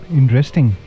interesting।